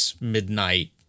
Midnight